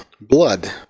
blood